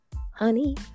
honey